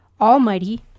almighty